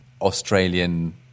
Australian